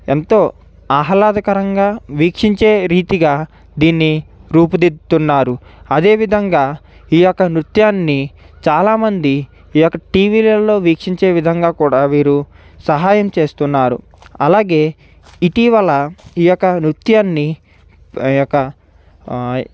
ఎంతో ఆహ్లదకరంగా వీక్షించే రీతిగ దీన్ని రూపుదిద్దుతున్నారు అదేవిధంగా ఈ యొక్క నృత్యాన్ని చాలా మంది ఈ యొక్క టీవీలలో వీక్షించే విధంగా కూడా వీరు సహాయం చేస్తున్నారు అలాగే ఇటీవల ఈ యొక్క నృత్యాన్ని ఆ యొక్క